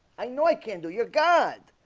i know i can do your god